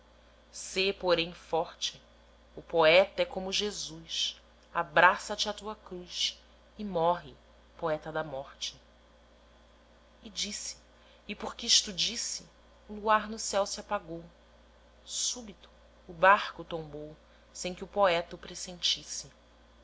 sê porém forte o poeta é como jesus abraça te à tua cruz e morre poeta da morte e disse e porque isto disse o luar no céu se apagou súbito o barco tombou sem que o poeta o pressentisse